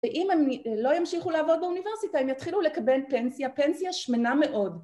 ואם הם לא ימשיכו לעבוד באוניברסיטה הם יתחילו לקבל פנסיה, פנסיה שמנה מאוד.